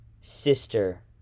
sister